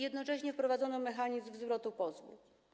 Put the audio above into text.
Jednocześnie wprowadzono mechanizm zwrotu pozwu.